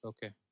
Okay